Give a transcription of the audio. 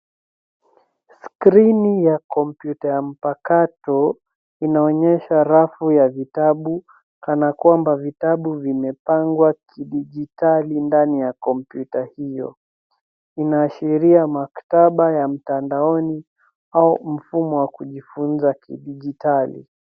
Skrini ya kompyuta ya mpakato inaonyesha rafu ya vitabu kana kwamba vitabu vimepangwa kidijitali ndani ya kompyuta hiyo. Inaashiria maktaba ya mtandaoni au mfumo wa kujifunza kidijitali.